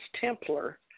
Templar